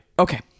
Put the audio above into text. Okay